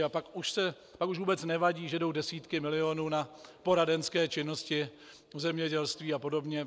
A pak už vůbec nevadí, že jdou desítky milionů na poradenské činnosti v zemědělství apod.